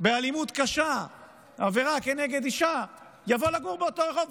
באלימות קשה עבירה כנגד אישה יבוא לגור באותו רחוב.